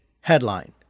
Headline